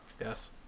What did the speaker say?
Yes